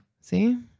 See